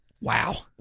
Wow